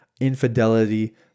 infidelity